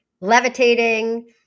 levitating